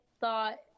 thought